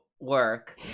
work